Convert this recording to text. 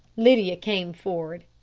lydia came forward.